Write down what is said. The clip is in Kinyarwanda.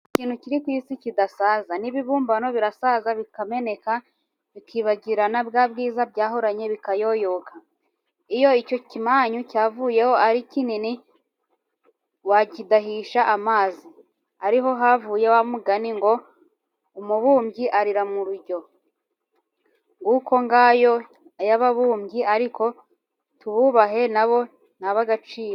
Nta kintu kiri ku isi kidasaza, n' ibibumbano birasaza bikameneka, bikibagirana, bwa bwiza byahoranye bukayoyoka. Iyo icyo kimanyu cyavuyeho ari kinini wakidahisha amazi, ariho havuye wa mugani ngo " Umubumbyi arira mu rujyo." Nguko ngayo ay'ababumbyi, ariko tububahe na bo ni ab'agaciro.